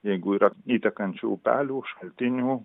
jeigu yra įtekančių upelių šaltinių